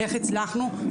איך הצלחנו?